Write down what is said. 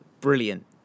brilliant